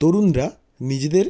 তরুণরা নিজেদের